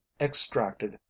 extracted